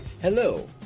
Hello